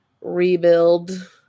rebuild